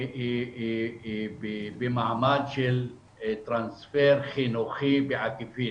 היא במעמד של טרנספר חינוכי בעקיפין.